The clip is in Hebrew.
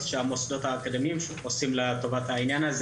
שהמוסדות האקדמיים עושים לטובת העניין.